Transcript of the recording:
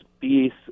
peace